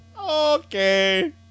Okay